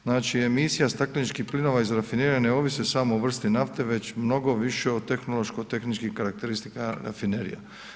Znači, emisija stakleničkih plinova iz rafinerije ne ovisi samo o vrsti nafte, nego mnogo više o tehnološko tehničkim karakteristikama rafinerija.